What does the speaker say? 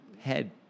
head